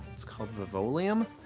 it's called vivoleum,